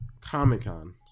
Comic-Con